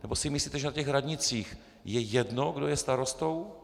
Nebo si myslíte, že na těch radnicích je jedno, kdo je starostou?